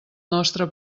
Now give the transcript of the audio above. nostre